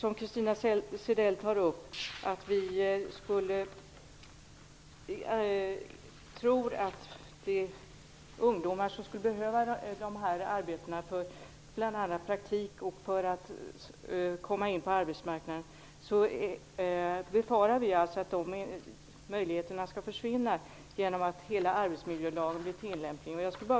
Christina Zedell tar upp att vi tror att ungdomar behöver dessa arbeten bl.a. för praktik och för att komma in på arbetsmarknaden. Vi befarar att dessa möjligheter skall försvinna genom att hela arbetsmiljölagen blir tillämplig.